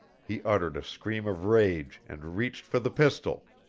he uttered a scream of rage, and reached for the pistol.